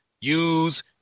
use